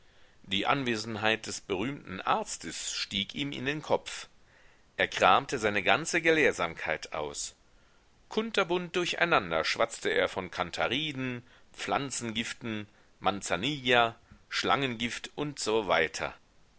die anwesenheit des berühmten arztes stieg ihm in den kopf er kramte seine ganze gelehrsamkeit aus kunterbunt durcheinander schwatzte er von kanthariden pflanzengiften manzanilla schlangengift usw